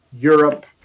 Europe